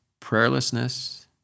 prayerlessness